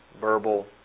Verbal